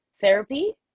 therapy